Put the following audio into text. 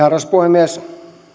arvoisa puhemies